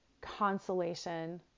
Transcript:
consolation